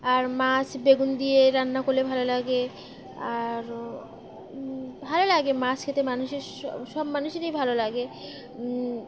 আর মাছ বেগুন দিয়ে রান্না করলে ভালো লাগে আর ভালো লাগে মাছ খেতে মানুষের সব সব মানুষেরই ভালো লাগে